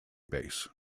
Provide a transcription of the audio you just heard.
base